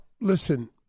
listen